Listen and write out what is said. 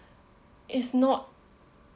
is not